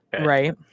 Right